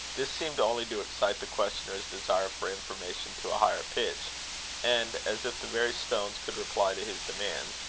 this seemed only to excite the questioner's desire for information to a higher pitch and as if the very stones could reply to his demands,